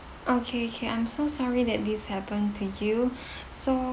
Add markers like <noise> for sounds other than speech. okay okay I'm so sorry that this happened to you <breath> so